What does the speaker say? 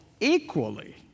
equally